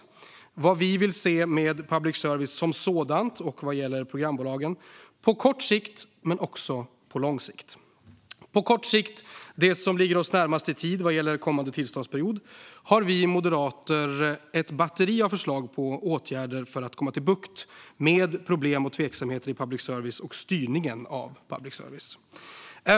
Det handlar om vad vi vill se med public service som sådan och programbolagen på kort sikt men också på lång sikt. På kort sikt - det gäller det som ligger närmast i tid i fråga om kommande tillståndsperiod - har vi moderater ett batteri av förslag på åtgärder för att få bukt med problem och tveksamheter i public service och i styrningen av public service.